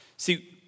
See